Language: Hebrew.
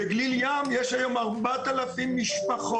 בגליל ים יש היום 4,000 משפחות.